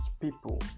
people